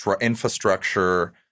infrastructure